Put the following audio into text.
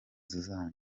zanyu